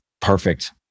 perfect